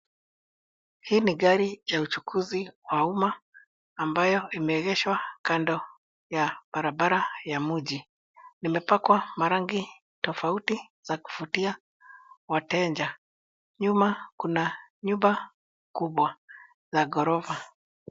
Hii ni gari ya uchukuzi wa umma ambayo imeegeshwa kando ya barabara ya mji. Limepakwa marangi tofauti za kuvutia wateja. Nyuma kuna nyumba kubwa ya ghorofa.